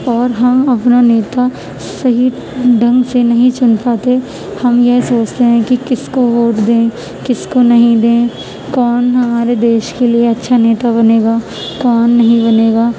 اور ہم اپنا نیتا صحیح ڈھنگ سے نہیں چن پاتے ہم یہ سوچتے ہیں کہ کس کو ووٹ دیں کس کو نہیں دیں کون ہمارے دیش کے لیے اچھا نیتا بنے گا کون نہیں بنے گا